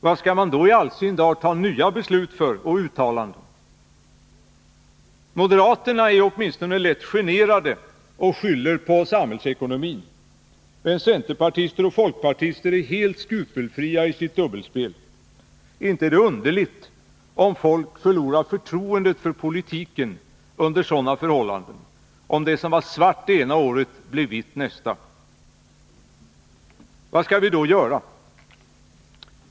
Varför i all sin dar skall man då fatta nya beslut och göra nya uttalanden? Moderaterna är åtminstone lätt generade och skyller på samhällsekonomin. Men centerpartister och folkpartister är helt skrupelfria i sitt dubbelspel. Inte är det underligt om folk förlorar förtroendet för politiken under sådana förhållanden — om det som var svart ena året blir vitt nästa.